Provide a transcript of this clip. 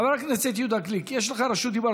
חבר הכנסת יהודה גליק, יש לך רשות דיבור.